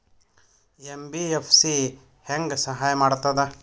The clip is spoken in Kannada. ಎಂ.ಬಿ.ಎಫ್.ಸಿ ಹೆಂಗ್ ಸಹಾಯ ಮಾಡ್ತದ?